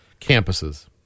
campuses